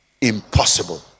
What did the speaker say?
impossible